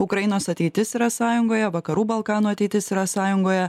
ukrainos ateitis yra sąjungoje vakarų balkanų ateitis yra sąjungoje